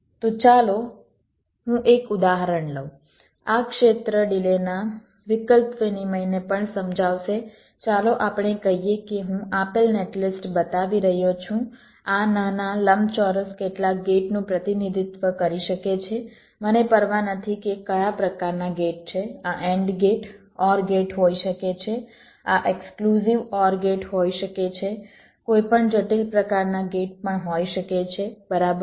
તો ચાલો હું એક ઉદાહરણ લઉં આ ક્ષેત્ર ડિલેના વિકલ્પ વિનિમયને પણ સમજાવશે ચાલો આપણે કહીએ કે હું આપેલ નેટલિસ્ટ બતાવી રહ્યો છું આ નાના લંબચોરસ કેટલાક ગેટનું પ્રતિનિધિત્વ કરી શકે છે મને પરવા નથી કે કયા પ્રકારના ગેટ છે આ AND ગેટ OR ગેટ હોઈ શકે છે આ એક્સક્લુઝિવ OR ગેટ હોઈ શકે છે કોઈપણ જટિલ પ્રકારના ગેટ પણ હોય શકે છે બરાબર